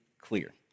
clear